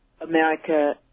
America